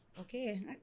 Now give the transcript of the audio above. okay